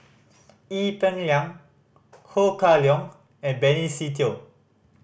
Ee Peng Liang Ho Kah Leong and Benny Se Teo